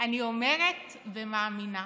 אני אומרת ומאמינה,